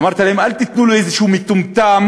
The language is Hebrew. אמרתי להם: אל תיתנו לאיזשהו מטומטם,